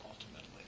ultimately